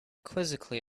quizzically